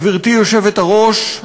גברתי היושבת-ראש,